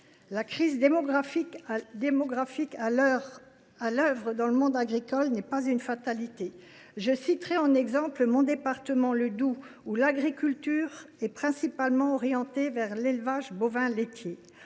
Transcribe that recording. La crise démographique à l’œuvre dans le monde agricole n’est pas une fatalité. J’en veux pour exemple mon département, le Doubs, où l’agriculture est principalement orientée vers l’élevage bovin laitier.